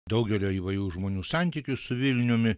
daugelio įvairių žmonių santykiu su vilniumi